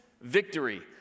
victory